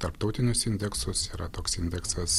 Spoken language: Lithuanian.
tarptautinius indeksus yra toks indeksas